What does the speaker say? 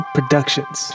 Productions